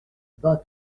bad